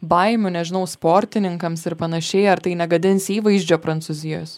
baimių nežinau sportininkams ir panašiai ar tai negadins įvaizdžio prancūzijos